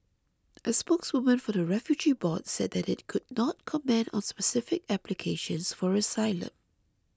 a spokeswoman for the refugee board said that it could not comment on specific applications for asylum